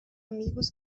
amigos